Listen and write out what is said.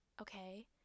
okay